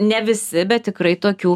ne visi bet tikrai tokių